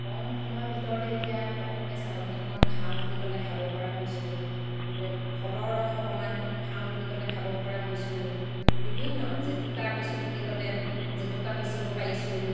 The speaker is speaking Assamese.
কম সময়ৰ ভিতৰতে এতিয়া পটককৈ চাটনি অকণ খাওঁ বুলি ক'লে খাব পৰা হৈছোঁ বোলে ফলৰ ৰস অকণমান খাওঁ বুলি ক'লে খাব পৰা হৈছোঁ বিভিন্ন জেতুকা পিছোঁ বুলি ক'লে জেতুকা পিছিব পাৰিছোঁ